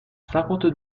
cinquante